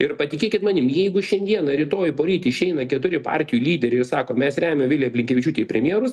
ir patikėkit manim jeigu šiandieną rytoj poryt išeina keturi partijų lyderiai ir sako mes remiam viliją blinkevičiūtę į premjerus